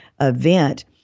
event